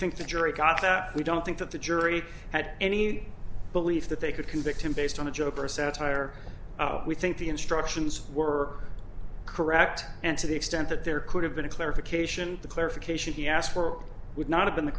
think the jury caught that we don't think that the jury had any belief that they could convict him based on a joke or a satire we think the instructions were correct and to the extent that there could have been a clarification the clarification he asked for would not have been the